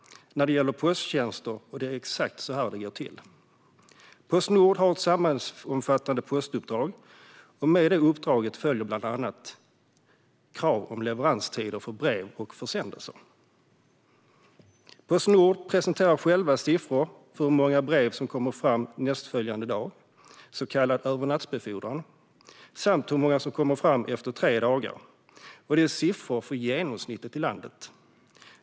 När det gäller posttjänster är det exakt så här det går till. Postnord har ett samhällsomfattande postuppdrag. Med det uppdraget följer bland annat krav om leveranstider för brev och försändelser. Postnord presenterar självt siffror för hur många brev som kommer fram nästföljande dag - så kallad övernattbefordran - samt hur många som kommer fram efter tre dagar. Det är siffror för genomsnittet i landet.